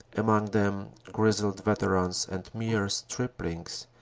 among them grizzled veterans and mere striplings,